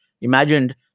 imagined